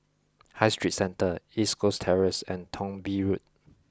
High Street Centre East Coast Terrace and Thong Bee Road